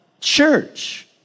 church